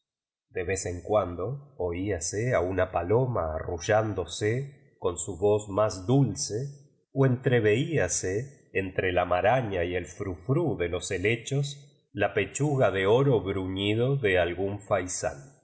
de vez en cuando oíase a una paloma arrullándose con su voz más dulce o entre veíase entre la maraña v el fni frú de los heléchos la pechuga de oro bruñido de al gún faisán